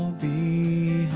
the